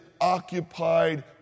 occupied